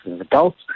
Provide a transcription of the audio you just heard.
adults